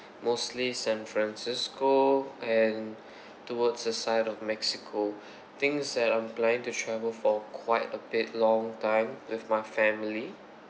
mostly san francisco and towards the side of mexico thing is that I'm planning to travel for quite a bit long time with my family